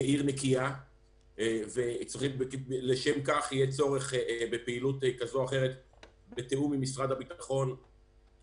כעיר נקייה ולשם כך יהיה צורך בפעילות שמתואמת עם משרד הביטחון,